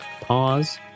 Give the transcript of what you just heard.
pause